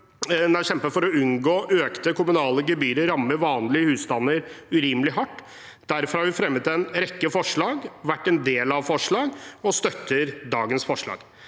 å kjempe for å unngå at økte kommunale gebyrer rammer vanlige husstander urimelig hardt. Derfor har vi fremmet en rekke forslag, vi har vært med på forslag, og vi er med på dagens forslag.